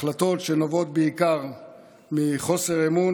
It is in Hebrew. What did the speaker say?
החלטות שנובעות בעיקר מחוסר אמון,